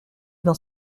dans